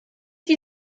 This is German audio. die